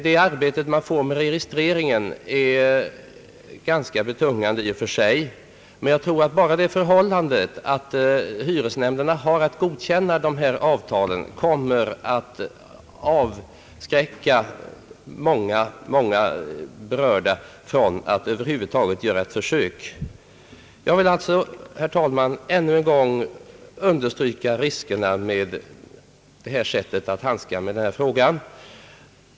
Det arbete man får med registreringen är ganska betungande i och för sig, men jag tror att bara det förhållandet, att hyresnämnderna har att godkänna ifrågavarande avtal kommer att avskräcka många berörda från att över huvud taget göra ett försök. Jag vill alltså, herr talman, ännu en gång understryka riskerna med detta sätt att handskas med den här frågan.